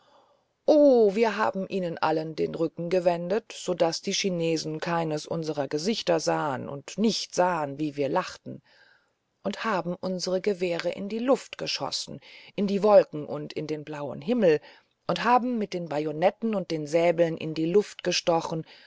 o wir haben ihnen allen den rücken gewendet so daß die chinesen keines unserer gesichter sahen und nicht sahen wie wir lachten und haben unsere gewehre in die luft abgeschossen in die wolken und in den blauen himmel und haben mit den bajonetten und den säbeln in die luft gestochen